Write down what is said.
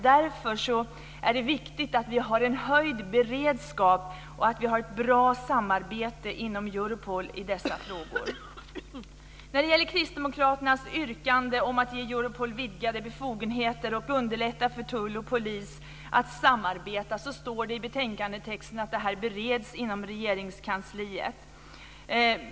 Därför är det viktigt att vi har en höjd beredskap och ett bra samarbete med Europol i dessa frågor. När det gäller Kristdemokraternas yrkande att ge Europol vidgade befogenheter och underlätta för tull och polis att samarbeta står det i betänkandetexten att det här bereds inom Regeringskansliet.